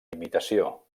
imitació